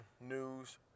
news